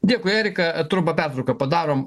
dėkui erika trumpą pertrauką padarom